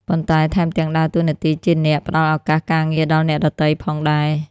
ប៉ុន្តែថែមទាំងដើរតួនាទីជាអ្នក ផ្តល់ឱកាសការងារដល់អ្នកដទៃ ផងដែរ។